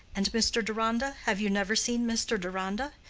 and mr. deronda have you never seen mr. deronda?